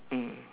mm